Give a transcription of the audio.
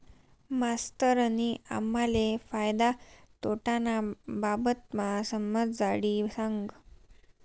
मास्तरनी आम्हले फायदा तोटाना बाबतमा समजाडी सांगं